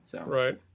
Right